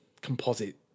composite